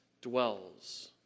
dwells